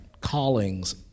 callings